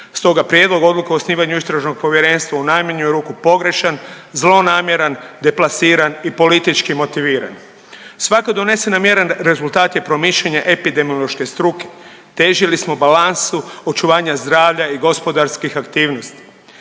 Stoga prijedlog odluke o osnivanju istražnog povjerenstva u najmanju ruku pogrješan, zlonamjeran, deplasiran i politički motiviran. Svaka donesena mjera rezultat je promišljanja epidemiološke struke, težili smo balansu očuvanja zdravlja i gospodarskih aktivnosti.